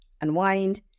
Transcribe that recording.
unwind